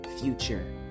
future